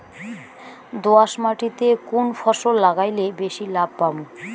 দোয়াস মাটিতে কুন ফসল লাগাইলে বেশি লাভ পামু?